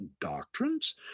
doctrines